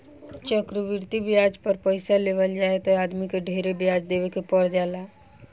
चक्रवृद्धि ब्याज पर पइसा लेवल जाए त आदमी के ढेरे ब्याज देवे के पर जाला